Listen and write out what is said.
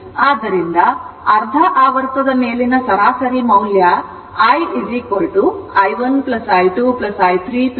ಆದ್ದರಿಂದ ಅರ್ಧ ಆವರ್ತದ ಮೇಲಿನ ಸರಾಸರಿ ಮೌಲ್ಯ I i1 I2 i3